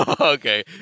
Okay